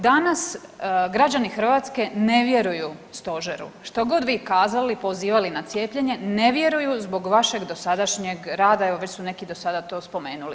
Danas građani Hrvatske ne vjeruju stožeru, što god vi kazali pozivali na cijepljenje ne vjeruju zbog vašeg dosadašnjeg rada, evo već su neki do sada to spomenuli.